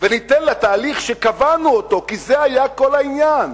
וניתן לתהליך שקבענו אותו, כי זה היה כל העניין,